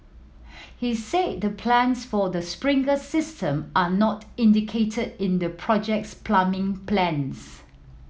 he said the plans for the system are not indicated in the project's plumbing plans